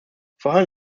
vorhin